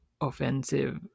offensive